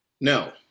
No